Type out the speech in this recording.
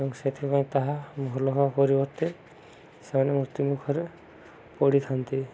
ଏବଂ ସେଥିପାଇଁ ତାହା ଭଲହେବା ପରିବର୍ତ୍ତେ ସେମାନେ ମୃତ୍ୟୁ ମୁଖରେ ପଡ଼ିିଥାନ୍ତି